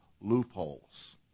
loopholes